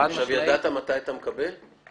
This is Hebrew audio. ידעת מתי אתה מקבל?